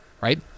right